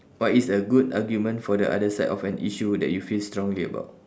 what is a good argument for the other side of an issue that you feel strongly about